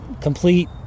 complete